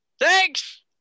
Thanks